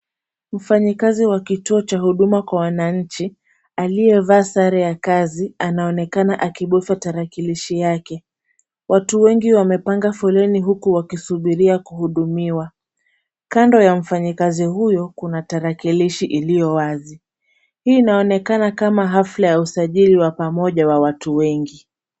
Mfanyikazi wa kituo cha huduma kwa wananchi, aliyevaa sare ya kazi, anaonekana akibofya tarakilishi yake. Watu wengi wamepanga foleni huku wakisubiria kuhudumiwa. Kando ya mfanyikazi huyo kuna tarakilishi iliyo wazi. Hii inaonekana kama hafla ya usajili wa pamoja ya watu wengi.